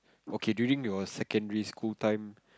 okay during your secondary school time